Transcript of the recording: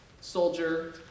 soldier